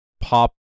pop